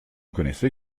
connaissez